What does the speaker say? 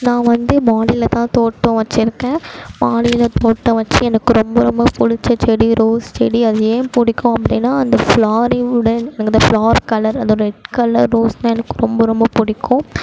நான் வந்து மாடியில் தான் தோட்டம் வச்சுருக்கேன் மாடியில் தோட்டம் வச்சு எனக்கு ரொம்ப ரொம்ப பிடிச்ச செடி ரோஸ் செடி அது ஏன் பிடிக்கும் அப்படின்னா அந்த ஃப்ளாரிவுடன் அந்த ஃப்ளார் கலர் அந்த ரெட் ரோஸ் தான் எனக்கு ரொம்ப ரொம்ப பிடிக்கும்